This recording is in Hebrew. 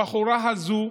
הבחורה הזאת,